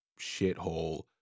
shithole